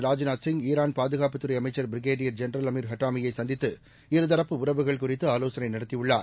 Rajnath Singh ஈரான்பாதுகாப்புதுறைஅமைச்சர்பிரிகேடியர்ஜெனரல்அமிர்ஹட்டாமியைசந்தித்து இருதரப்புஉறவுகள்குறித்துஆலோசனைநடத்தியுள்ளார்